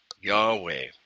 Yahweh